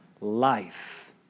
life